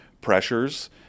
pressures